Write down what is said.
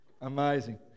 Amazing